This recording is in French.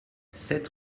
sept